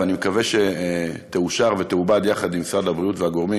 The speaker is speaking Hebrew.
ואני מקווה שתאושר ותעובד יחד עם משרד הבריאות והגורמים,